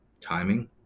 timing